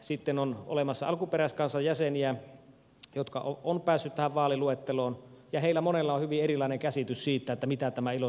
sitten on olemassa alkuperäiskansan jäseniä jotka ovat päässeet tähän vaaliluetteloon ja heillä monella on hyvin erilainen käsitys siitä mitä tämä ilo sopimus tarkoittaa